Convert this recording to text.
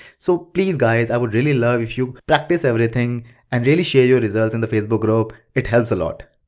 so please guys, i would really love if you practice everything and really share your results in the facebook group, it helps a lot.